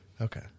Okay